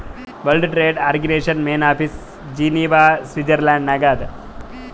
world trade organisation main office Geneva Switzerland ನಾಗ್ ಅದಾ